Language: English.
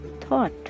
thought